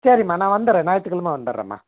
சரிமா நான் வந்துடுறேன் ஞாயிற்று கிழமை வந்துடுறேன்மா